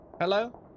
Hello